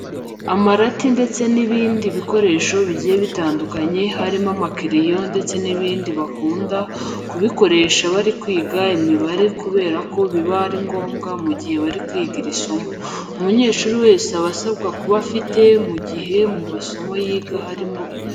Amarati ndetse n'ibindi bikoresho bigiye bitandukanye harimo amakereyo ndetse n'ibindi bakunda kubikoresha bari kwiga imibare kubera ko biba ari ngomwa mu gihe bari kwiga iri somo. Umunyeshuri wese aba asabwa kuba abifite mu gihe mu masomo yiga harimo imibare.